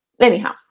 anyhow